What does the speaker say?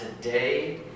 today